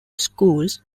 schools